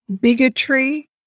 bigotry